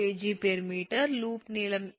6 𝐾𝑔𝑚 loop நீளம் 𝜆 1